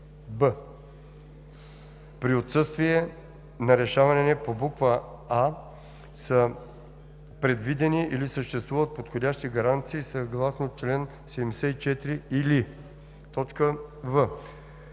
б) при отсъствие на решение по буква „а“ са предвидени или съществуват подходящи гаранции съгласно чл. 74 или в)